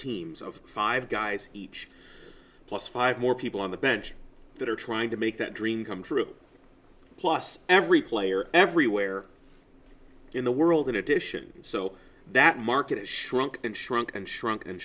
teams of five guys each plus five more people on the bench that are trying to make that dream come true plus every player everywhere in the world in addition so that market is shrunk and shrunk and shrunk and